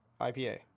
IPA